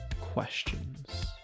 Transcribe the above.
Questions